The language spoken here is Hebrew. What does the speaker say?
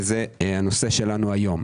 שזה הנושא שלנו היום.